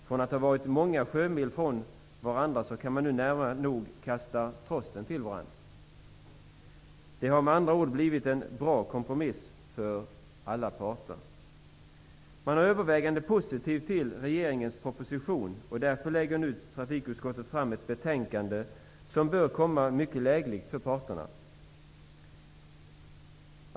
Från att ha varit många sjömil från varandra kan de nu nära nog kasta trossen till varandra. Det har med andra ord blivit en bra kompromiss för alla parter. Parterna är övervägande positiva till regeringens proposition, och därför lägger trafikutskottet fram ett betänkande som bör komma mycket lägligt för parterna.